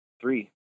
three